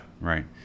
right